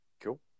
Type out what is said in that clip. Cool